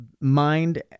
mind